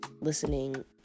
listening